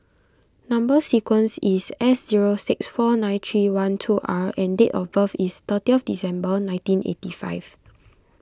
Number Sequence is S zero six four nine three one two R and date of birth is thirty December nineteen eighty five